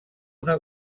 una